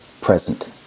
present